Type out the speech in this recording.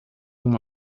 uma